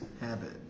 Habit